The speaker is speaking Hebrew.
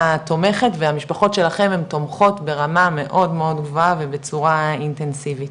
תומכת והמשפחות שלכם הן תומכות ברמה מאוד גבוהה ובצורה אינטנסיבית.